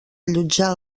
allotjar